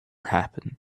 happen